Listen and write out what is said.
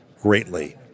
greatly